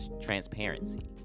transparency